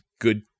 good